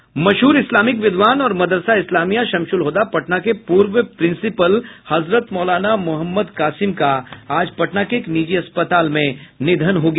मशहूर इस्लामिक विद्वान और मदरसा इस्लामिया शमशुल होदा पटना के पूर्व प्रिंसिपल हजरत मौलाना मोहम्मद कासिम का आज पटना के एक निजी अस्पताल में निधन हो गया